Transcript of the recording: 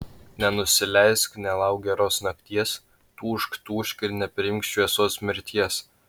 nenusileisk nelauk geros nakties tūžk tūžk ir nepriimk šviesos mirties